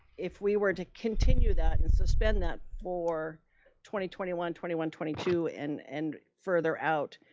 if we were to continue that and suspend that for twenty twenty one, twenty one twenty two and and further out,